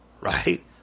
right